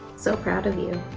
so proud of you.